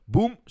Boom